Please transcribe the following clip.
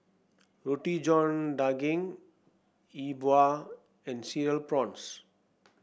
Roti John Daging Yi Bua and Cereal Prawns